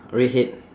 redhead